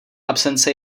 absence